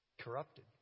Corrupted